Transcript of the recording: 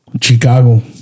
chicago